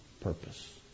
purpose